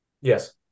Yes